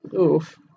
oof